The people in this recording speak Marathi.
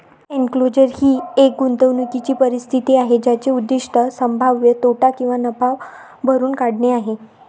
एन्क्लोजर ही एक गुंतवणूकीची परिस्थिती आहे ज्याचे उद्दीष्ट संभाव्य तोटा किंवा नफा भरून काढणे आहे